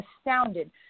astounded